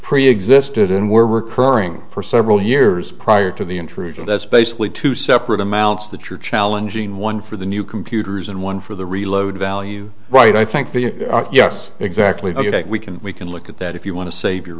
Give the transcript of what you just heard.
preexisted and were recurring for several years prior to the intrusion that's basically two separate amounts that you're challenging one for the new computers and one for the reload value right i think yes exactly we can we can look at that if you want to save your